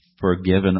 forgiven